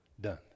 Done